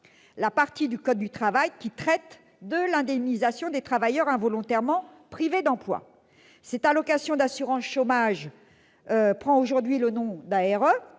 la partie du code du travail qui traite de l'indemnisation des travailleurs involontairement privés d'emploi. Cette allocation d'assurance chômage prend aujourd'hui le nom d'ARE,